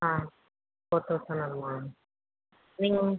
ஆ four thousand வருமா நீங்கள்